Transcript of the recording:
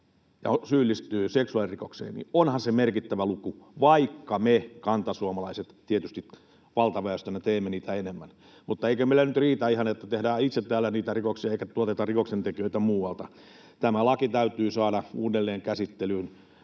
ja syyllistyy seksuaalirikokseen, niin onhan se merkittävä luku, vaikka me kantasuomalaiset tietysti valtaväestönä teemme niitä enemmän. Eikö meille nyt riitä ihan, että tehdään itse täällä niitä rikoksia eikä tuoteta rikoksentekijöitä muualta? Tämä laki täytyy saada uudelleen käsittelyyn